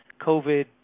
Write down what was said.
covid